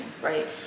right